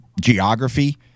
geography